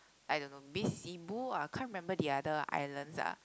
I don't know maybe Cebu I can't remember the other islands ah